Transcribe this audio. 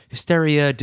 Hysteria